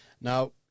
Now